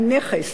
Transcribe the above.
היא נכס,